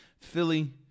Philly